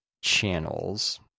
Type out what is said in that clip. channels